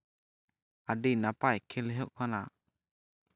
ᱟᱹᱰᱤ ᱱᱟᱯᱟᱭ ᱠᱷᱮᱞ ᱦᱩᱭᱩᱜ ᱠᱟᱱᱟ